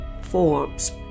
forms